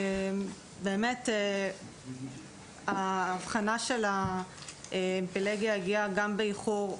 באמת האבחנה של ההמיפלגיה הגיעה גם באיחור,